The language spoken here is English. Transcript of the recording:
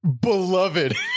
beloved